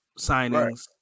signings